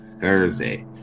thursday